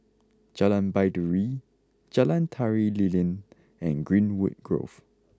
Jalan Baiduri Jalan Tari Lilin and Greenwood Grove